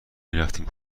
میرفتیم